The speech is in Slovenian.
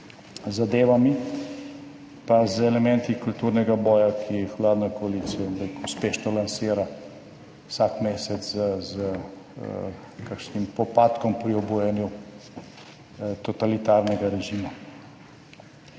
zadevami, pa z elementi kulturnega boja, ki jih vladna koalicija uspešno lansira vsak mesec s kakšnim popadkom pri obujanju totalitarnega režima.